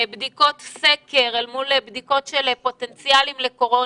בדיקות סקר אל מול בדיקות של פוטנציאליים לקורונה,